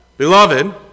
Beloved